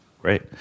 Great